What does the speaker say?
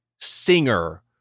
singer